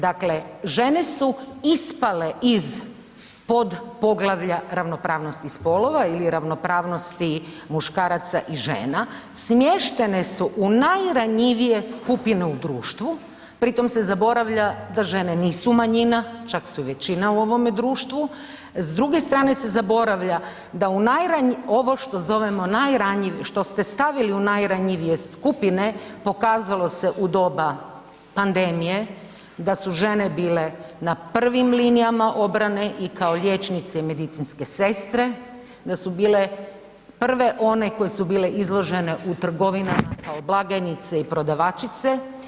Dakle, žene su ispale iz pod poglavlja ravnopravnosti spolova ili ravnopravnosti muškaraca i žena, smještene su u najranjivije skupine u društvu, pri tom se zaboravlja da žene nisu manjina čak su i većina u ovome društvu, s druge strane se zaboravlja da u, ovo što zovemo ovo što ste stavili u najranjivije skupine pokazalo se u doba pandemije da su žene bile na prvim linijama obrane i kao liječnice i medicinske sestre, da su bile prve one koje su bile izložene u trgovina kao blagajnice i prodavačice.